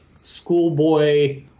schoolboy